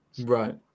Right